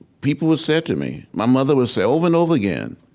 people would say to me, my mother would say over and over again,